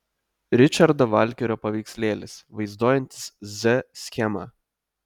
ričardo valkerio paveikslėlis vaizduojantis z schemą